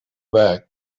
back